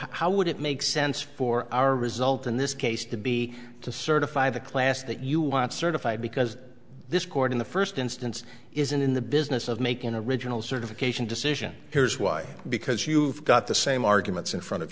how would it make sense for our result in this case to be to certify the class that you want certified because this court in the first instance isn't in the business of making a regional certification decision here's why because you've got the same arguments in front of